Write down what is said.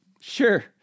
sure